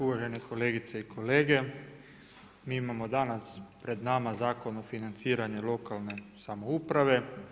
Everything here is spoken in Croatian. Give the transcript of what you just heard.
Uvažene kolegice i kolege, mi imamo danas, pred nama Zakon o financiranju lokalne samouprave.